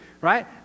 right